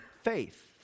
Faith